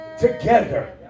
together